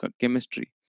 chemistry